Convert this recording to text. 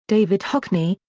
david hockney,